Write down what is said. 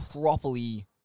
properly